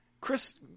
Chris